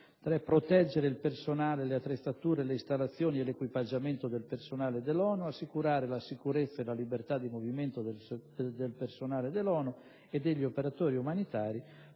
3) proteggere il personale, le attrezzature, le istallazioni e l'equipaggiamento del personale dell'ONU; 4) assicurare la sicurezza e la libertà di movimento del personale dell'ONU e degli operatori umanitari,